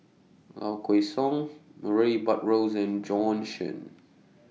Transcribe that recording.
Low Kway Song Murray Buttrose and Bjorn Shen